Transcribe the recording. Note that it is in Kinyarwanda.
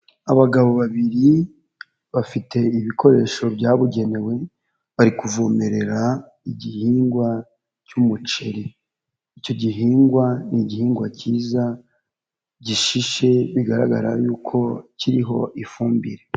Abagabo babiri, bafite ibikoresho byabugenewe, bari kuvomerera igihingwa cy'umuceri, icyo gihingwa ni igihingwa cyiza, gishishe bigaragara yuko kiriho ifumbire.